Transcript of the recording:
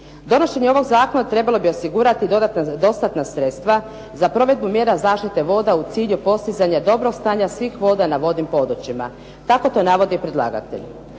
Donošenje ovog zakona trebalo bi osigurati dostatna sredstva za provedbu mjera zaštite voda u cilju postizanja dobrog stanja svih voda na vodnim područjima. Tako to navodi predlagatelj.